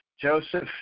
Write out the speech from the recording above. Joseph